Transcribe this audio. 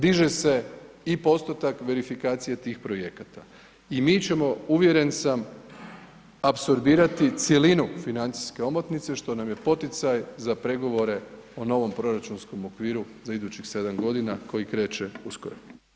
Diže i postotak verifikacije tih projekata i mi ćemo uvjeren sam, apsorbirati cjelinu financijske omotnice što nam je poticaj za pregovore o novom proračunskom okviru za idućih 7 g. koji kreće uskoro.